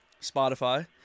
Spotify